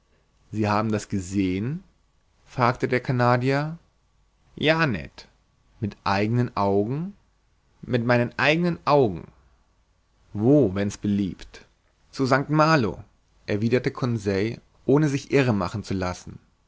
sie haben das gesehen fragte der canadier ja ned mit eigenen augen mit meinen eigenen augen wo wenn's beliebt zu st malo erwiderte conseil ohne sich irre machen zu lassen